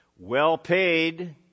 well-paid